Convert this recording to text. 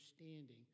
understanding